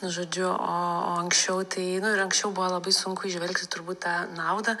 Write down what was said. žodžiu o anksčiau tai nu ir anksčiau buvo labai sunku įžvelgti turbūt tą naudą